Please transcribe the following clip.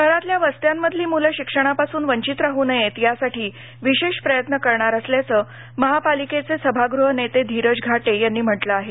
शहरातल्या वस्त्यांमधली मुलं शिक्षणापासून वंचित राहू नयेत यासाठी विशेष प्रयत्न करणार असल्याचं महापालिकेचे सभागृह नेते धीरज घाटे यांनी म्हटलं आहे